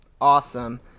awesome